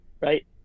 right